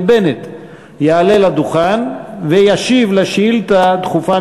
בנט יעלה לדוכן וישיב על השאילתה הדחופה,